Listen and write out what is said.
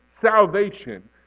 salvation